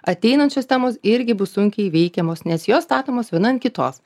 ateinančios temos irgi bus sunkiai įveikiamos nes jos statomos viena ant kitos